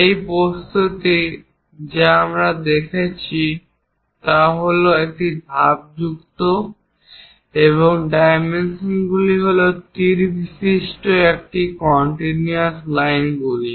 এই বস্তুটি যা আমরা দেখছি তা হল একটি ধাপযুক্ত এবং ডাইমেনশনগুলি হল তীরবিশিষ্ট এই কন্টিনিউয়াস লাইনগুলি